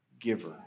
giver